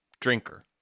drinker